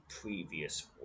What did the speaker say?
previous